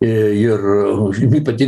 ir užribyje pati